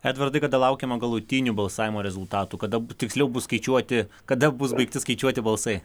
edvardai kada laukiama galutinių balsavimo rezultatų kada tiksliau bus skaičiuoti kada bus baigti skaičiuoti balsai